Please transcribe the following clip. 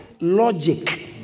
logic